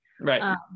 right